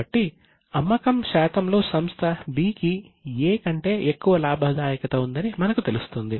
కాబట్టి అమ్మకం శాతంలో సంస్థ B కి A కంటే ఎక్కువ లాభదాయకత ఉందని మనకు తెలుస్తుంది